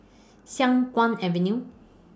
Siang Kuang Avenue